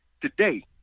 today